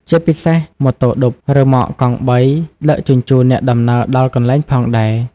ជាពិសេសម៉ូតូឌុប រ៉ឺម៉កកងបីដឹកជញ្ជូនអ្នកដំណើរដល់កន្លែងផងដែរ ។